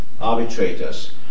arbitrators